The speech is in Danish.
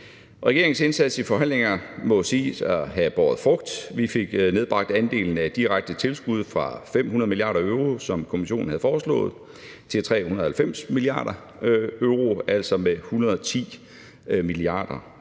Regeringens indsats i forhandlingerne må siges at have båret frugt. Vi fik nedbragt andelen af direkte tilskud fra 500 mia. euro, som Kommissionen havde foreslået, til 390 mia. euro, altså med 110 mia. euro.